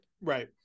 right